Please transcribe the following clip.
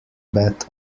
bet